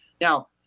now